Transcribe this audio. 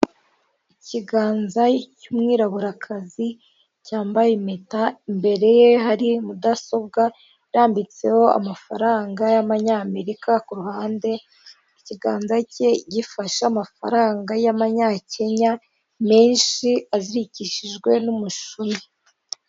Ikiganza cy'umwiraburakazi cyambaye impeta, imbere ye hari mudasobwa irambitseho amafaranga y'abanyamerika, ku ruhande ikiganza cye gifashe amafaranga y'amanyakenya menshi azirikishijwe n'umushumi.